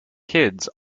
kids